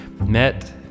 met